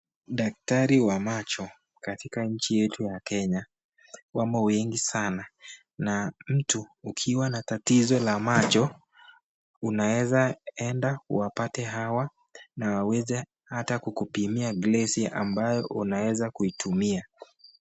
Daktari wa macho katika nchi yetu ya kenya wamo wengi sana na mtu ukiwa na tatizo la macho unaweza enda uwapate hawa na waweze hata kukupimia glasi ambayo unaweza kuitumia.